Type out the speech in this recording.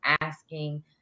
asking